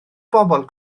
bobl